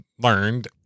learned